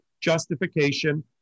justification